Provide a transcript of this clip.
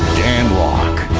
dan lok.